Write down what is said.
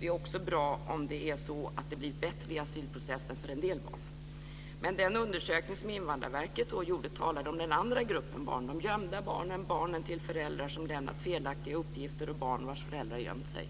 Det är också bra om det blir bättre för en del barn i asylprocessen. Men den undersökning som Invandrarverket gjorde talade om den andra gruppen barn, de gömda barnen, barnen till föräldrar som lämnat felaktiga uppgifter och barn vars föräldrar gömt sig.